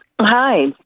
Hi